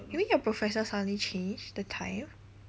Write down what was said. you mean your professor suddenly change the time